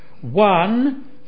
One